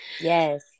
Yes